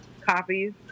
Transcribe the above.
copies